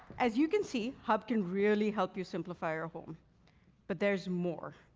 as you can see, hub can really help you simplify your home but there's more.